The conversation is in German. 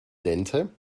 dente